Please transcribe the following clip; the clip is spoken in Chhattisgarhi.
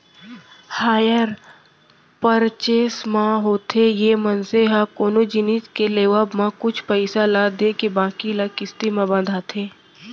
हायर परचेंस म होथे ये मनसे ह कोनो जिनिस के लेवब म कुछ पइसा ल देके बाकी ल किस्ती म बंधाथे